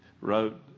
wrote